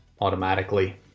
automatically